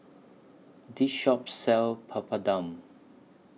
This Shop sells Papadum